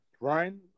Ryan